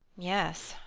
yes,